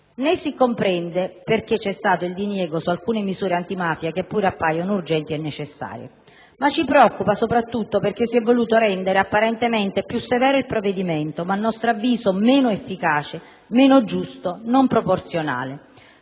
Né si comprende perché vi sia stato il diniego su alcune misure antimafia che pure appaiono urgenti e necessarie. Ci preoccupa, però, soprattutto perché si è voluto rendere apparentemente più severo il provvedimento, ma, a nostro avviso, meno efficace, meno giusto e non proporzionale.